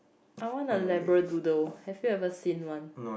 I want a labradoodle have you ever seen one